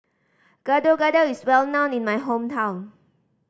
Gado Gado is well known in my hometown